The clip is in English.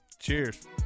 Cheers